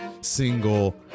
single